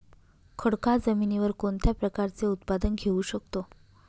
खडकाळ जमिनीवर कोणत्या प्रकारचे उत्पादन घेऊ शकतो?